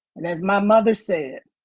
and as my mother said,